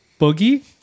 Boogie